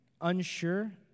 unsure